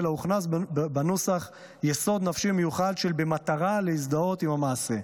אלא הוכנס בנוסח יסוד נפשי מיוחד של "במטרה להזדהות עם המעשה".